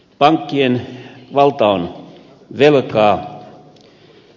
pankkien valta on velkaa